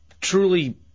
truly